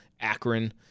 Akron